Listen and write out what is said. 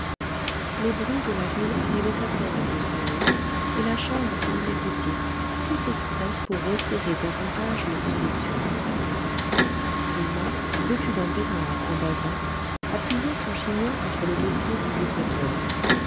les bruits de la ville arrivaient à peine jusqu'à eux et la chambre semblait petite tout exprès pour resserrer davantage leur solitude emma vêtue d'un peignoir en basin appuyait son chignon contre le dossier du vieux fauteuil